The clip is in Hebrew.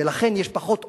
ולכן יש פחות עוני,